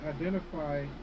identify